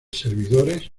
servidores